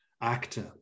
actor